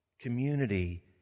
Community